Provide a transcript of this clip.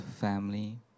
family